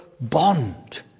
bond